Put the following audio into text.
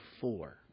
four